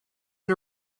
and